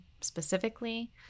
specifically